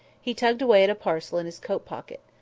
he tugged away at a parcel in his coat-pocket.